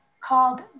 called